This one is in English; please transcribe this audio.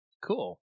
Cool